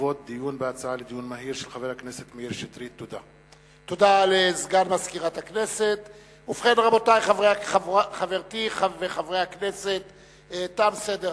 בעקבות דיון מהיר בנושא: סגירת בית-הספר החקלאי פרדס-חנה,